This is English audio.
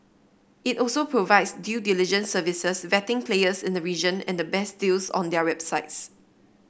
it also provides due diligence services vetting players in the region and the best deals on their websites